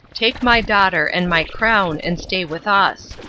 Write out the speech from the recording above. take my daughter and my crown and stay with us.